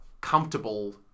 comfortable